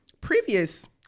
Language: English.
previous